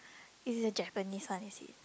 it's the Japanese one is it